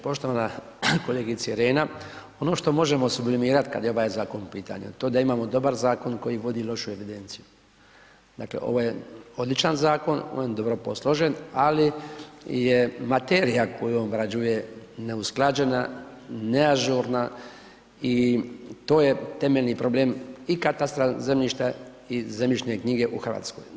Poštovana kolegice Irena, ono što možemo sublimirat kad je ovaj zakon u pitanju, to da imamo dobar zakon koji vodi lošu evidenciju, dakle, ovo je odličan zakon, on je dobro posložen, ali je materija koju on obrađuje neusklađena, neažurna i to je temeljni problem i katastra zemljišta i zemljišne knjige u RH.